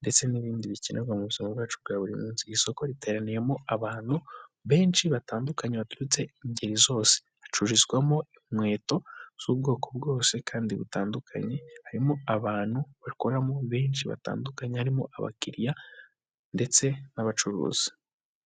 ndetse n'ibindi bikenerwa mu buzimamo bwacu bwa buri munsi, iri soko riteraniyemo abantu benshi batandukanye baturutse ingeri zose, hacururizwamo inkweto z'ubwoko bwose kandi butandukanye, harimo abantu bakoramo benshi batandukanye harimo abakiriya ndetse n'abacuruzi.